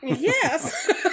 Yes